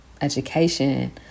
education